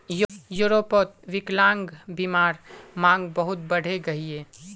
यूरोपोत विक्लान्ग्बीमार मांग बहुत बढ़े गहिये